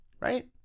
right